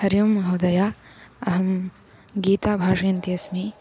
हरिः ओं महोदय अहं गीता भाषयन्ती अस्मि